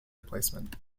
replacement